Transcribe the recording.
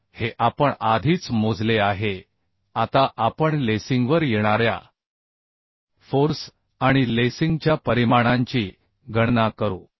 तर हे आपण आधीच मोजले आहे आता आपण लेसिंगवर येणाऱ्या फोर्स आणि लेसिंगच्या परिमाणांची गणना करू